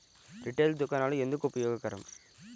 Retail దుకాణాలు ఎందుకు ఉపయోగకరం?